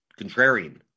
contrarian